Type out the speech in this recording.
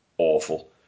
Awful